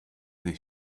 they